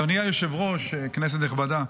אדוני היושב-ראש, כנסת נכבדה,